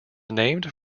named